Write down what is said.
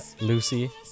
Lucy